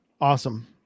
awesome